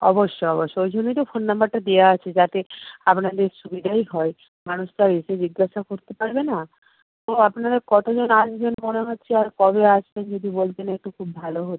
অবশ্যই অবশ্যই ওই জন্যেই তো ফোন নাম্বারটা দেওয়া আছে যাতে আপনাদের সুবিধাই হয় মানুষ তো আর এসে জিজ্ঞাসা করতে পারবে না তো আপনারা কতজন আসবেন মনে হচ্ছে আর কবে আসবেন যদি বলতেন একটু খুব ভালো হতো